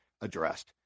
addressed